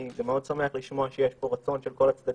אני מאוד שמח שיש פה רצון של כל הצדדים